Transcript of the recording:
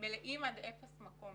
מלאים עד אפס מקום